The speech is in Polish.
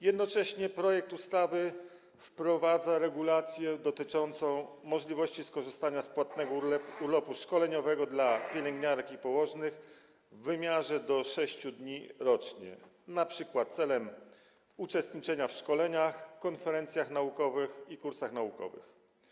Jednocześnie projekt ustawy wprowadza regulację dotyczącą możliwości skorzystania z płatnego urlopu szkoleniowego dla pielęgniarek i położnych w wymiarze do 6 dni rocznie np. celem uczestniczenia w szkoleniach, konferencjach naukowych i kursach naukowych.